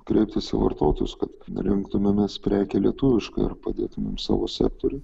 kreiptis į vartotojus kad rinktumėmės prekę lietuvišką ir padėtumėm savo sektoriui